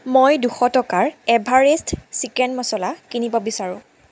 মই দুশ টকাৰ এভাৰেষ্ট চিকেন মচলা কিনিব বিচাৰোঁ